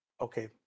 okay